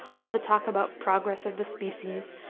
all the talk about progress of the species,